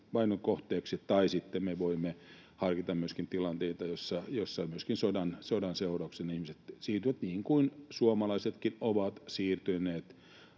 vainon kohteeksi. Tai sitten me voimme harkita myöskin tilanteita, joissa sodan seurauksena ihmiset siirtyvät — niin kuin suomalaisetkin ovat siirtyneet